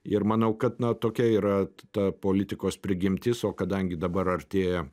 ir manau kad na tokia yra ta politikos prigimtis o kadangi dabar artėja